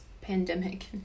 pandemic